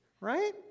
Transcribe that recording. right